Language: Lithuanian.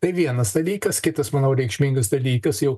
tai vienas dalykas kitas manau reikšmingas dalykas jau